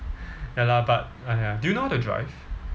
ya lah but !aiya! do you know how to drive